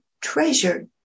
treasure